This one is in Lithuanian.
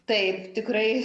taip tikrai